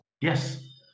Yes